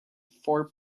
four